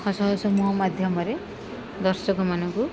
ହସହସ ମୁହଁର ମାଧ୍ୟମରେ ଦର୍ଶକମାନଙ୍କୁ